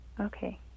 Okay